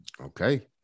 Okay